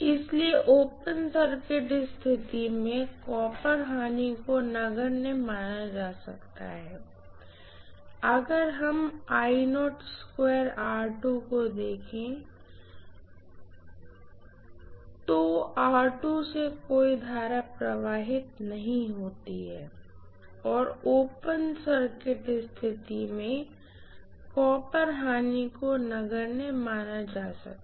इसलिए open circuit स्थिति में कॉपर लॉसको नगण्य माना जा सकता है अगर हम को देखें तो से कोई करंट नहीं प्रवाहित होती है और ओपन सर्किट स्थिति में कॉपर लॉसको नगण्य माना जा सकता है